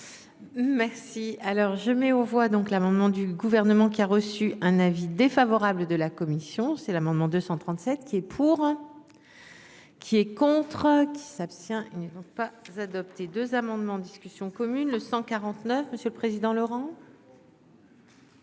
Merci alors je mets aux voix donc l'amendement du gouvernement qui a reçu un avis défavorable de la commission, c'est l'amendement 237 qui est pour. Qui est contre qui s'abstient. Ils ne vont pas adopté 2 amendements en discussion commune le 149 monsieur le président, Laurent.